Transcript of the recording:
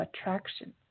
attraction